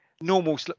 normal